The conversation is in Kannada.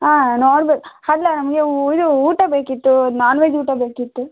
ಆಂ ನೋಡ್ಬೆ ಅಲ್ಲ ನಮಗೆ ಇದು ಊಟ ಬೇಕಿತ್ತು ನಾನ್ ವೆಜ್ ಊಟ ಬೇಕಿತ್ತು